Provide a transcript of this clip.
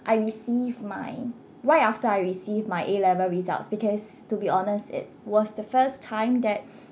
I received my right after I received my A level results because to be honest it was the first time that